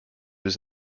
his